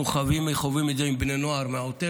אנחנו חווים את זה עם בני נוער מהעוטף,